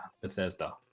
Bethesda